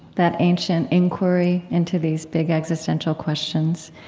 that ancient inquiry, into these big existential questions.